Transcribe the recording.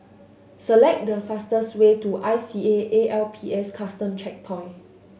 select the fastest way to I C A A L P S Custom Checkpoint